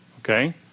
Okay